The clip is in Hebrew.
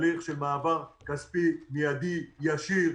תהליך של מעבר כספי מידי ישיר,